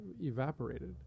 evaporated